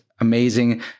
amazing